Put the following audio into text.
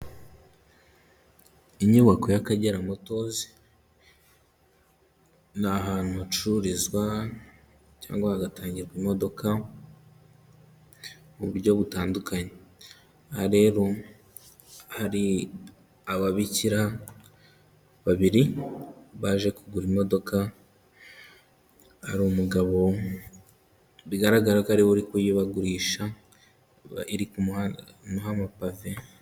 Inyubako y'Akagera motozi, ni ahantu hacururizwa cyangwa hagatangirwa imodoka mu buryo butandukanye. Aha rero hari ababikira babiri baje kugura imodoka, hari umugabo bigaragara ko ari we uri kuyibagurisha, iri ku muhanda h'amapave.